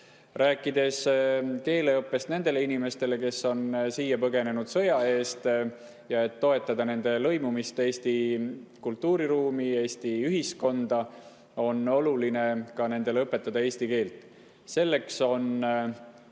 Rääkides keeleõppest nendele inimestele, kes on siia põgenenud sõja eest, siis selleks, et toetada nende lõimumist Eesti kultuuriruumi, Eesti ühiskonda, on oluline õpetada nendele eesti keelt. Selleks on